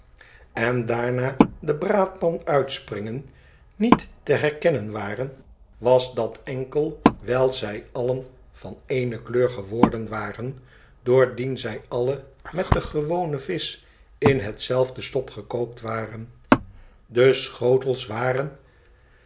en daarna de braadpan uitspringen niet te herkennen waren was dat enkel wijl zij allen van ééne kleur geworden waren doordien zij alle met de gewone visch in hetzelfde sop gekookt waren de schotels waren